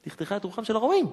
דכדכה את רוחם של הרומאים,